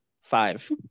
Five